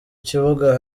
kibuga